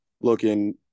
looking